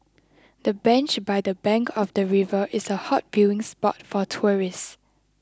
the bench by the bank of the river is a hot viewing spot for tourists